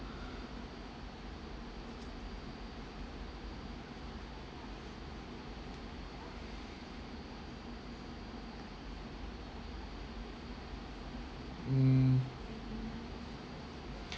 mm